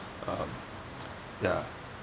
um ya